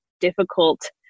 difficult